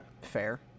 Fair